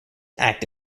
act